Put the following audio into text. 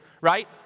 right